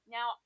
Now